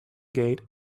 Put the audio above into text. gate